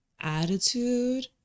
attitude